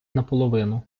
наполовину